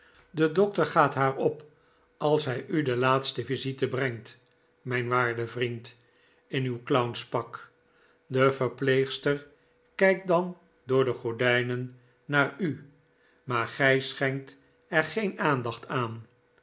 de dokter gaat haar op als hij u de laatste visite brengt mijn waarde vriend in uw clownspak de verpleegster kijkt dan door de gordijnen naar u maar gij schenkt er geen aandacht aan